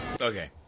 Okay